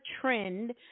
trend